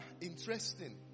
interesting